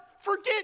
forget